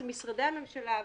זה משרדי הממשלה,